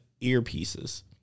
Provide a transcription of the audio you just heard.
earpieces